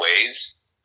ways